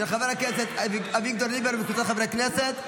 של חבר הכנסת אביגדור ליברמן וקבוצת חברי כנסת,